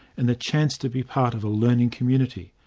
and the chance to be part of a learning community.